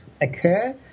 occur